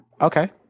Okay